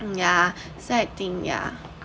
ya so I think yeah